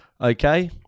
okay